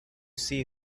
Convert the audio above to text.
see